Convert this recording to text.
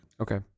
Okay